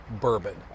bourbon